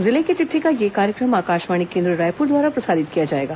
जिले की चिट्ठी का यह कार्यक्रम आकाशवाणी केंद्र रायपुर द्वारा प्रसारित किया जाएगा